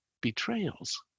betrayals